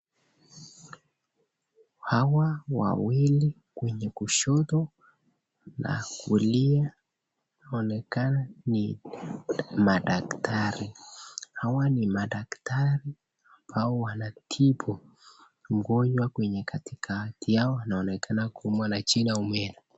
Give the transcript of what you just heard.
Hawa wawili kwenye kushoto na kulia inaonekana ni madaktari. Hawa ni madaktari ambao wanatibu ugonjwa, kwenye katikati yao wanaoneka kuumwa na jino au meno.